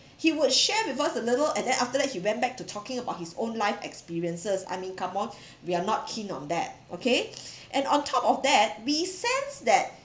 he would share with us a little and then after that he went back to talking about his own life experiences I mean come on we are not keen on that okay and on top of that we sense that